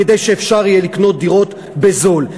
כדי שאפשר יהיה לקנות דירות בזול.